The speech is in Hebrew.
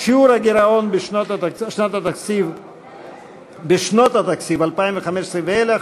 (שיעור הגירעון בשנות התקציב 2015 ואילך